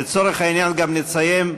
לצורך העניין, גם נציין,